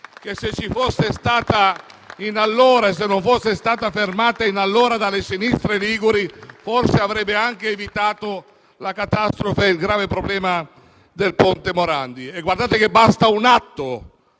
che, se ci fosse stata allora e se non fosse stata fermata dalle sinistre liguri, forse avrebbe anche evitato la catastrofe e il grave problema del ponte Morandi. Basterebbe un atto